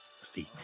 Steve